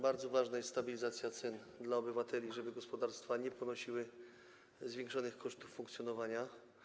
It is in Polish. Bardzo ważna jest stabilizacja cen dla obywateli, żeby gospodarstwa nie ponosiły zwiększonych kosztów funkcjonowania.